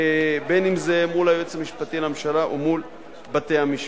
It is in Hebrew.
אם מול היועץ המשפטי לממשלה או מול בתי-המשפט.